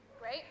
Great